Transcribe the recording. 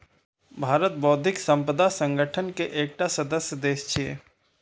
भारत बौद्धिक संपदा संगठन के एकटा सदस्य देश छियै